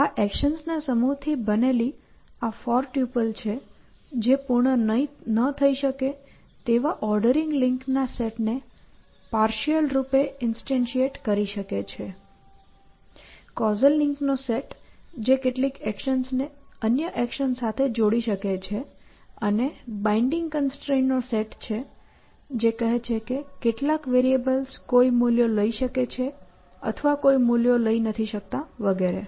આ એક્શન્સના સમૂહથી બનેલી આ ફોર ટ્યુપલ છે જે પૂર્ણ ન થઈ શકે તેવા ઓર્ડરિંગ લિંક્સના સેટને પાર્શિઅલ રૂપે ઇન્સ્ટેન્શિયેટ કરી શકે છે કૉઝલ લિંક્સનો સેટ જે કેટલીક એક્શન્સને અન્ય એક્શન્સ સાથે જોડી શકે છે અને બાઈન્ડીંગ કન્સ્ટ્રેઇન્ટ્સનો સેટ છે જે કહે છે કે કેટલાક વેરિએબલ્સ કોઈ મૂલ્યો લઈ શકે છે અથવા કોઈ મૂલ્યો લઈ શકતા નથી વગેરે